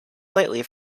slightly